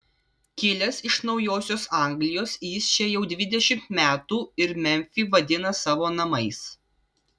kilęs iš naujosios anglijos jis čia jau dvidešimt metų ir memfį vadina savo namais